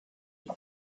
has